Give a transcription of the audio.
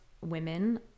women